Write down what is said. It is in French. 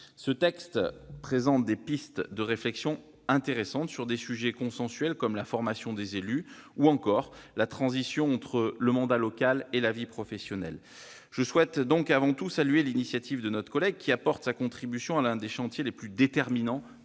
Ce texte présente des pistes de réflexion intéressantes, sur des sujets consensuels comme la formation des élus, ou encore la transition entre le mandat local et la vie professionnelle. Je souhaite donc avant tout saluer l'initiative de notre collègue, qui apporte sa contribution à l'un des chantiers les plus déterminants